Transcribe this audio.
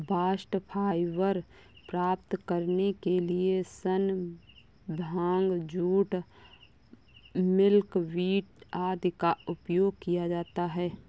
bast fibre प्राप्त करने के लिए सन, भांग, जूट, मिल्कवीड आदि का उपयोग किया जाता है